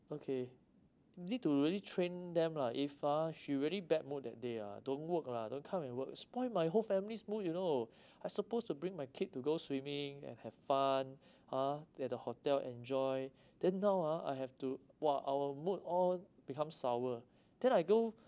okay you need to really train them lah if ah she really bad mood that day ah don't work lah don't come and work spoil my whole family's mood you know I supposed to bring my kid to go swimming and have fun ha at the hotel enjoy then now ah I have to !wah! our mood all become sour then I go